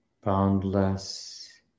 boundless